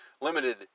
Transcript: Limited